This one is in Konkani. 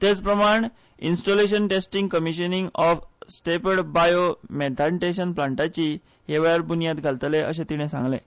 तेच प्रमाण installation testing commissioning of stepped bio methanation प्लांटाचीय हे वेळार बून्यांद घालतले अशें तिणे सांगलें